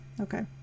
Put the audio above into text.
okay